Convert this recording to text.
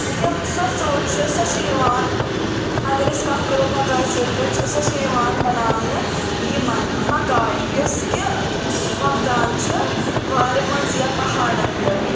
یِم سۄ ژوٚٹ چھِ سۄ چھےٚ یِوان اَگرأسۍ کَتھ کَرو مکاے ژوٚٹٕچ سۄ چھےٚ یوان بناونہٕ یِمن مکاے یۄس کہِ وۄبدان چھِ وارِ منٛز یا پہاڑن پٮ۪ٹھ